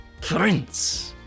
Prince